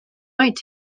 might